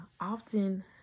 often